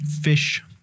fish